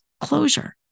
closure